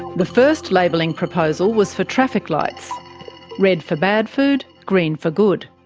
the first labelling proposal was for traffic lights red for bad food, green for good.